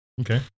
Okay